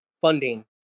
funding